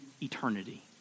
eternity